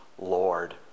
Lord